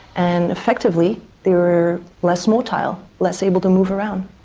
and effectively they were less motile, less able to move around.